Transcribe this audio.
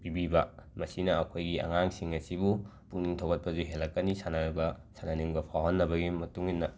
ꯄꯤꯕꯤꯕ ꯃꯁꯤꯅ ꯑꯩꯈꯣꯏꯒꯤ ꯑꯉꯥꯡꯁꯤꯡ ꯑꯁꯤꯕꯨ ꯄꯨꯛꯅꯤꯡ ꯊꯣꯒꯠꯄꯖꯨ ꯍꯦꯜꯂꯛꯀꯅꯤ ꯁꯥꯟꯅꯕ ꯁꯥꯟꯅꯅꯤꯡꯕ ꯐꯥꯎꯍꯟꯅꯕꯒꯤ ꯃꯇꯨꯡ ꯏꯟꯅ